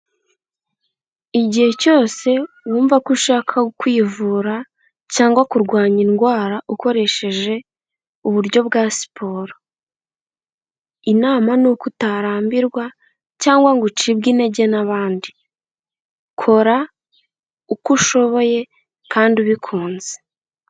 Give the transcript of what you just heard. Igihe cyose, wumva ko ushaka kwivura, cyangwa kurwanya indwara, ukoresheje, uburyo bwa siporo. Inama ni uko utarambirwa, cyangwa ngo ucibwe intege n'abandi. Kora, uko ushoboye, kandi ubikunze.